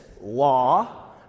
law